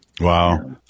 wow